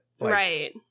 right